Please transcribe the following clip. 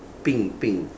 pink pink